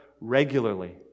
regularly